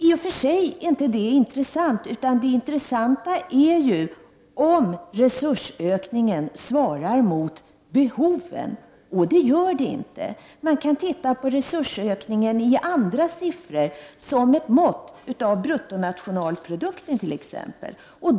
I och för sig är inte det intressant, utan det intressanta är ju om resursökningen svarar mot behoven, och det gör den inte. Man kan titta på resursökningen i andra siffror, som andelen av bruttonationalprodukten t.ex.